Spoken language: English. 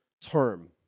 term